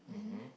mmhmm